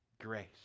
grace